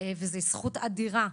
וזה זכות אדירה.